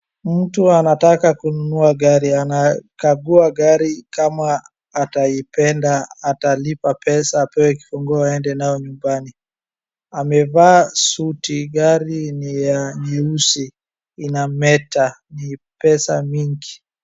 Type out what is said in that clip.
Mtu anataka kununua gari. Anakagua gari kama ataipenda, atalipa pesa apewe kifunguo aede nayo nyumbani. Amevaa suti, gari ni ya nyeusi inameta, ni pesa mingi.